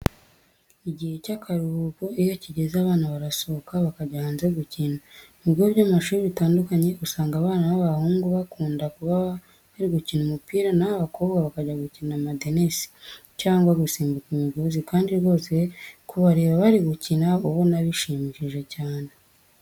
Igihe cy'akaruhuko iyo kigeze abana barasohoka bakajya hanze gukina. Mu bigo by'amashuri bitandukanye usanga abana b'abahungu bakunda kuba bari gukina umupira, na ho abakobwa bakajya gukina amadenesi cyangwa gusimbuka imigozi kandi rwose kubareba bari gukina uba ubona bishimishije cyane.